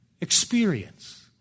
experience